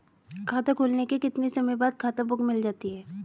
खाता खुलने के कितने समय बाद खाता बुक मिल जाती है?